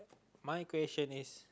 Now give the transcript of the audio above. my question is